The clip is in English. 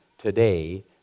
Today